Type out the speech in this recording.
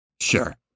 Sure